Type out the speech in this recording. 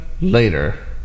later